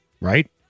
right